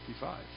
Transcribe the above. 55